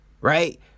Right